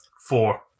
four